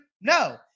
No